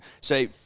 Say